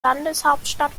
landeshauptstadt